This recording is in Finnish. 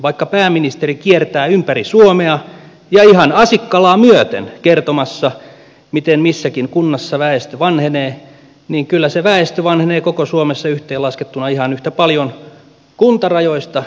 vaikka pääministeri kiertää ympäri suomea ja ihan asikkalaa myöten kertomassa miten missäkin kunnassa väestö vanhenee niin kyllä se väestö vanhenee koko suomessa yhteenlaskettuna ihan yhtä paljon kuntarajoista riippumatta